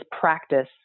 practice